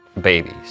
babies